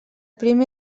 primer